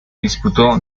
disputó